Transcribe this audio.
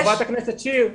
חברת הכנסת שיר,